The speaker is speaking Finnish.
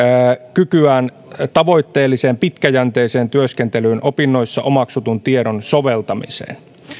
kykyään tavoitteelliseen ja pitkäjänteiseen työskentelyyn opinnoissa omaksutun tiedon soveltamisessa